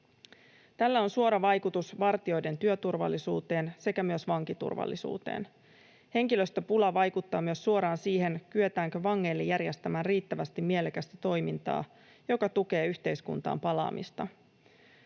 Tällä on suora vaikutus vartijoiden työturvallisuuteen sekä myös vankiturvallisuuteen. Henkilöstöpula vaikuttaa myös suoraan siihen, kyetäänkö vangeille järjestämään riittävästi mielekästä toimintaa, joka tukee yhteiskuntaan palaamista.